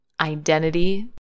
identity